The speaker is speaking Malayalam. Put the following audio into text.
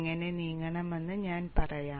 എങ്ങനെ നീങ്ങണമെന്ന് ഞാൻ നിങ്ങളോട് പറയും